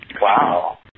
Wow